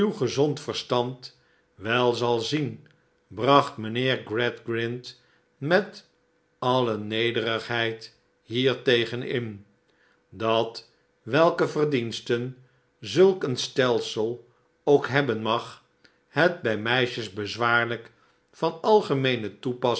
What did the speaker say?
gezond verstand wel zal zien bracht mijnheer gradgrind met alle nederigheid hiertegen in dat welke verdiensten zulk een stelsel ook hebben mag het bij meisjes bezwaarlijk van algemeene